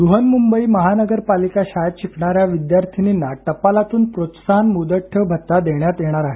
ब्रहन्मुंबई महानगरपालिका शाळेत शिकणाऱ्या विद्यार्थिनींना टपालातून प्रोत्साहन मुदत ठेव भत्ता देण्यात येणार आहे